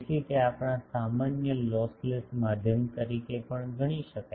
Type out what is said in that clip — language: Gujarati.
તેથી તે આપણા સામાન્ય લોસલેસ માધ્યમ તરીકે પણ ગણી શકાય